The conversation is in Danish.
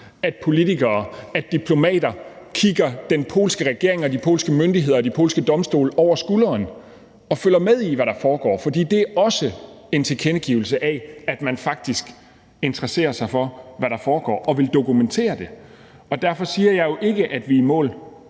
at politikere, at diplomater kigger den polske regering og de polske myndigheder og de polske domstole over skulderen og følger med i, hvad der foregår, for det er også en tilkendegivelse af, at man faktisk interesserer sig for, hvad der foregår, og vil dokumentere det. Derfor siger jeg jo ikke, at vi er i mål.